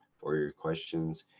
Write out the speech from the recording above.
for your questions.